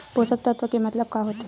पोषक तत्व के मतलब का होथे?